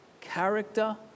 character